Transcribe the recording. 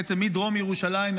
בעצם מדרום ירושלים,